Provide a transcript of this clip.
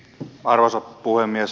arvoisa puhemies